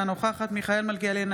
אינה נוכחת מיכאל מלכיאלי,